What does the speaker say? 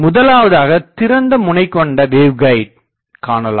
முதலாவதாக திறந்தமுனை கொண்ட வேவ்கைடை காணலாம்